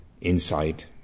insight